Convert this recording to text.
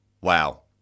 Wow